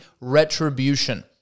retribution